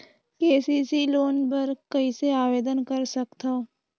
KCC loan बर कइसे आवेदन कर सकथव?